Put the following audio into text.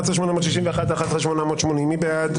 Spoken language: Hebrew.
11,861 עד 11,880, מי בעד?